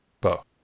Bo